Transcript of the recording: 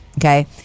Okay